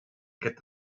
get